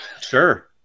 Sure